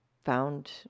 found